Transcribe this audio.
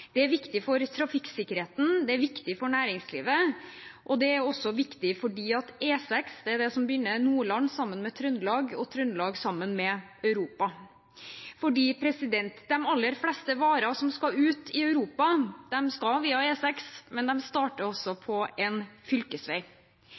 Det er viktig for trafikksikkerheten, det er viktig for næringslivet, og det er også viktig fordi det er E6 som binder Nordland sammen med Trøndelag og Trøndelag sammen med Europa. De aller fleste varer som skal ut i Europa, skal via E6, men de starter også